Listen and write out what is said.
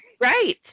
Right